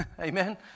Amen